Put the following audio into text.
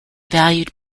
valued